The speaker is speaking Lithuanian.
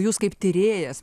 jūs kaip tyrėjas